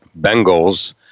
Bengals